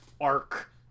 arc